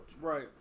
Right